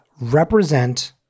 represent